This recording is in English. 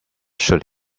should